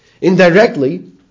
indirectly